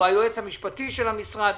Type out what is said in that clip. הוא היועץ המשפטי של המשרד,